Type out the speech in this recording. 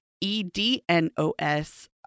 E-D-N-O-S